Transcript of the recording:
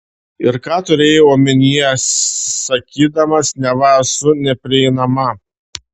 ir ką turėjai omenyje sakydamas neva esu neprieinama